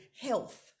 health